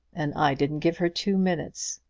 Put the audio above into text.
and i didn't give her two minutes.